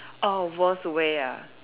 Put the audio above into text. oh worst way ah